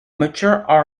mature